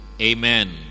Amen